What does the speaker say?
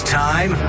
time